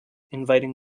inviting